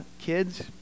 kids